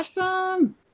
Awesome